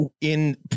in-